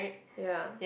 ya